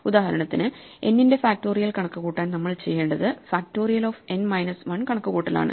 ഉദാഹരണത്തിന് n ന്റെ factorial കണക്കുകൂട്ടാൻ നമ്മൾ ചെയ്യേണ്ടത് ഫാക്റ്റോറിയൽ ഓഫ് n മൈനസ് 1 കണക്കുകൂട്ടലാണ്